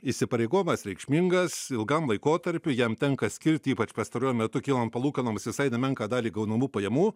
įsipareigojimas reikšmingas ilgam laikotarpiui jam tenka skirti ypač pastaruoju metu kylant palūkanoms visai nemenką dalį gaunamų pajamų